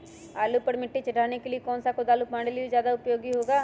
आलू पर मिट्टी चढ़ाने के लिए कौन सा कुदाल हमारे लिए ज्यादा उपयोगी होगा?